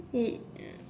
um